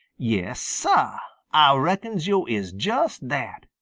yes, sah, ah reckons yo' is just that.